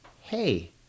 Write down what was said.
hey